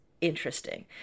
interesting